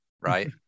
right